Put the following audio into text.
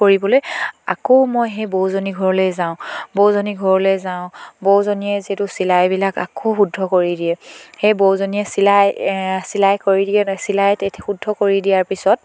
কৰিবলৈ আকৌ মই সেই বৌজনী ঘৰলৈ যাওঁ বৌজনী ঘৰলৈ যাওঁ বৌজনীয়ে যিহেতু চিলাইবিলাক আকৌ শুদ্ধ কৰি দিয়ে সেই বৌজনীয়ে চিলাই চিলাই কৰি দিয়ে চিলাই শুদ্ধ কৰি দিয়াৰ পিছত